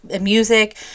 music